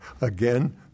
again